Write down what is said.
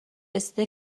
رسیده